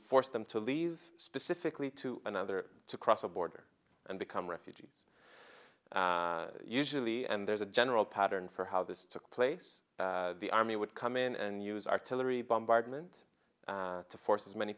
force them to leave specifically to another to cross a border and become refugees usually and there's a general pattern for how this took place the army would come in and use artillery bombardment to force as many